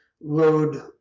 load